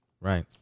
Right